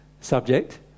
subject